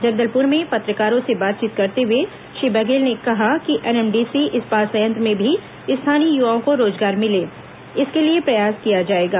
जगलदपुर में पत्रकारों से बातचीत करते हुए श्री बघेल ने कहा कि एनएमडीसी इस्पात संयंत्र में भी स्थानीय युवाओं को रोजगार मिले इसके लिए प्रयास किया जाएगा